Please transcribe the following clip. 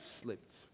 slipped